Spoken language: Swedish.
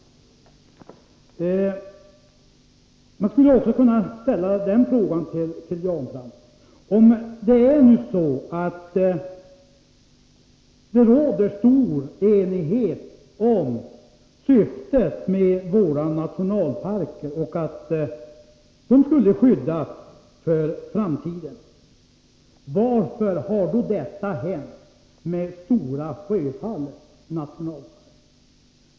Man skulle också kunna ställa följande fråga till Jan Fransson: Om det nu råder stor enighet om syftet med våra nationalparker — och att de skall skyddas för framtiden — varför har då detta hänt med Stora Sjöfallets nationalpark?